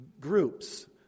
groups